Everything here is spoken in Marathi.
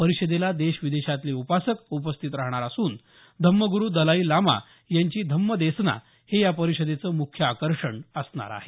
परिषदेला देश विदेशातले उपासक उर्पास्थित राहणार असून धम्मगुरु दलाई लामा यांची धम्मदेसना हे या परिषदेचं मुख्य आकर्षण असणार आहे